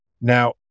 Now